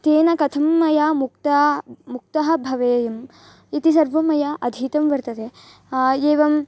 तेन कथं मया मुक्ता मुक्तः भवेयम् इति सर्वं मया अधीतं वर्तते एवं